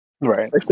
right